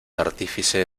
artífice